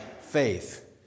faith